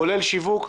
כולל שיווק,